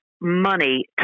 money